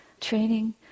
training